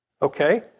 Okay